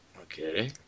okay